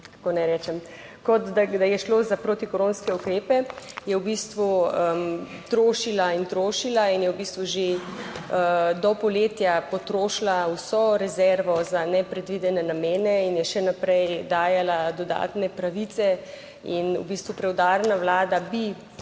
kot da je šlo za protikoronske ukrepe, je v bistvu trošila in trošila in je v bistvu že do poletja potrošila vso rezervo za nepredvidene namene in je še naprej dajala dodatne pravice in v bistvu preudarna Vlada bi